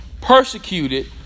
persecuted